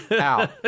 out